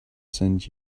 sent